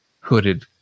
hooded